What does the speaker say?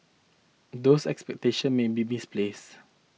those expectations may be misplaced